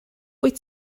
wyt